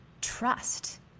trust